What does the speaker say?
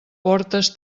portes